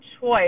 choice